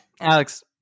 Alex